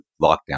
lockdown